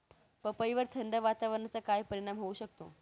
पपईवर थंड वातावरणाचा काय परिणाम होऊ शकतो?